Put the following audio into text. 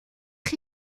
chi